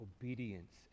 obedience